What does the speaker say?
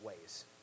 ways